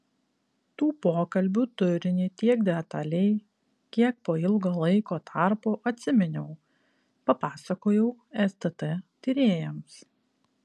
tų pokalbių turinį tiek detaliai kiek po ilgo laiko tarpo atsiminiau papasakojau stt tyrėjams